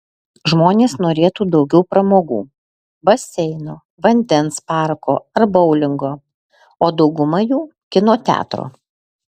žmonės norėtų daugiau pramogų baseino vandens parko ar boulingo o dauguma jų kino teatro